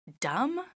dumb